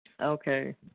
Okay